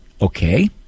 Okay